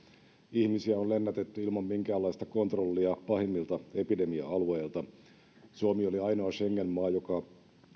ihmisiä on lennätetty ilman minkäänlaista kontrollia pahimmilta epidemia alueilta ja suomi oli ainoa schengen maa joka